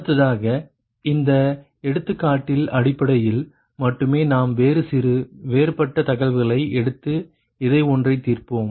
அடுத்ததாக இந்த எடுத்துக்காட்டில் அடிப்படையில் மட்டுமே நாம் வேறு சில வேறுபட்ட தகவல்களை எடுத்து இதை ஒன்றைத் தீர்ப்போம்